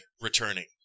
returning